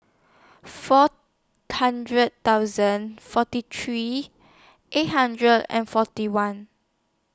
four hundred thousand forty three eight hundred and forty one